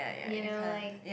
you know like